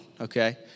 okay